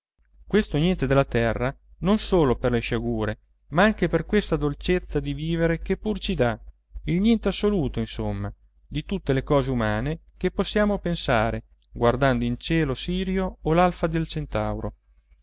questo niente della terra non solo per le sciagure ma anche per questa dolcezza di vivere che pur ci dà il niente assoluto insomma di tutte le cose umane che possiamo pensare guardando in cielo sirio o l'alpha del centauro